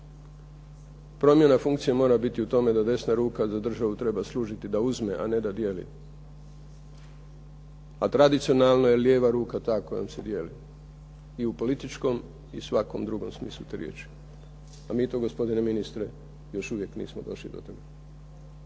Promjena funkcije mora biti u tome da desna ruka za državu treba služiti da uzme a ne da dijeli, a tradicionalno je lijeva ruka ta kojom se dijeli i u političkom i svakom drugom smislu te riječi, a mi tu gospodine ministre još uvijek nismo došli do toga.